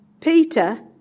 Peter